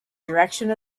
direction